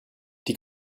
die